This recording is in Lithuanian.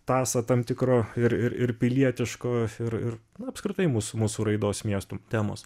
tąsą tam tikro ir ir ir pilietiško ir ir apskritai mūsų mūsų raidos miestų temos